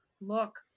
look